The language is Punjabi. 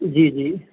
ਜੀ ਜੀ